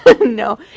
no